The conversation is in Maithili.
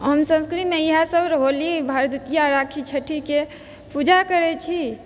हम संस्कृतमे इएह सब होली भरदुतिया राखी छठीके पूजा करै छी